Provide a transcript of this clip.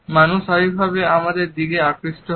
মানুষ স্বাভাবিকভাবে আমাদের দিকে আকৃষ্ট হয়